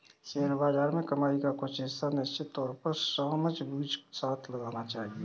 share बाज़ार में कमाई का कुछ हिस्सा निश्चित तौर पर समझबूझ के साथ लगाना चहिये